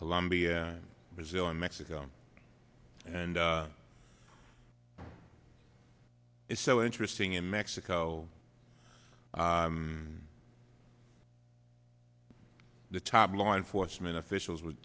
colombia brazil and mexico and it's so interesting in mexico the top law enforcement officials were